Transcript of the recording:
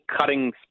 cutting